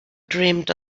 dreamed